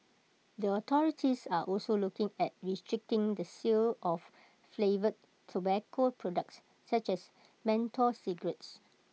the authorities are also looking at restricting the sale of flavoured tobacco products such as menthol cigarettes